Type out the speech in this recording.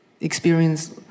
Experience